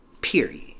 Period